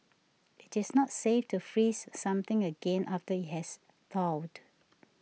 it is not safe to freeze something again after it has thawed